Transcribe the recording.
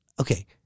okay